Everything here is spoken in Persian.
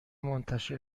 منتشر